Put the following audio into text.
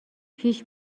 پیش